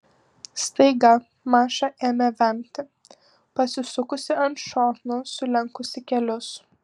staiga maša ėmė vemti pasisukusi ant šono sulenkusi kelius